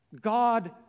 God